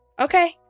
Okay